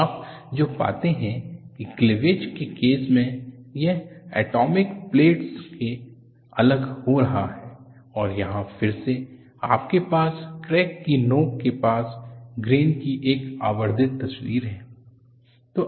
तो आप जो पाते हैं कि क्लीविज के केस में यह अटॉमिक प्लेन्स से अलग हो रहा है और यहां फिर से आपके पास क्रैक की नोक के पास ग्रेन की एक आवर्धित तस्वीर है